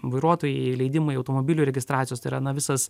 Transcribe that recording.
vairuotojai leidimai automobilių registracijos tai yra na visas